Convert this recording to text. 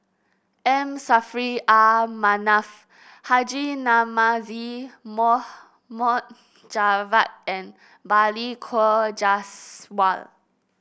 M Saffri Ah Manaf Haji Namazie Mohd Mohd Javad and Balli Kaur Jaswal